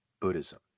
buddhism